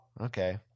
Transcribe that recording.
okay